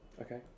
Okay